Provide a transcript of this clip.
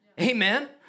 Amen